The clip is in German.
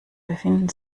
befinden